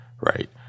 right